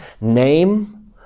Name